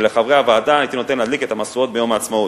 ולחברי הוועדה הייתי נותן להדליק את המשואות ביום העצמאות.